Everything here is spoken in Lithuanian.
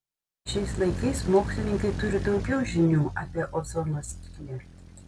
šiais laikais mokslininkai turi daugiau žinių apie ozono skylę